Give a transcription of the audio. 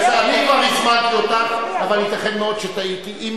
אני כבר הזמנתי אותה, אבל ייתכן מאוד שטעיתי.